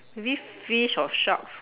maybe fish or sharks